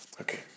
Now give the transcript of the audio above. Okay